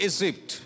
Egypt